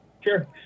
Sure